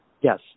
Yes